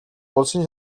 улсын